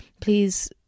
Please